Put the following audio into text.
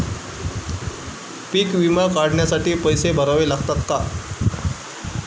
पीक विमा काढण्यासाठी पैसे भरावे लागतात का?